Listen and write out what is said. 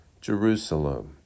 Jerusalem